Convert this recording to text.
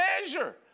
measure